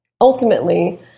Ultimately